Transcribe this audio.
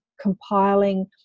compiling